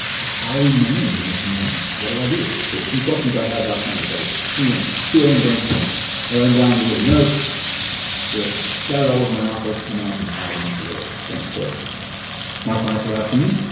how do we manage in this environment? what do i do? so it's some questions i had last night as i was even too am brain-stone. i'll writing down these little notes they're scattered all over my office and then i can pile them into little things. so my clients were asking me